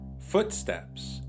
footsteps